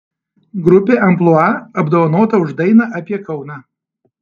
grupė amplua apdovanota už dainą apie kauną